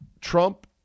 Trump